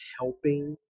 helping